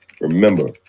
Remember